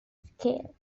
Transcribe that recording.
scale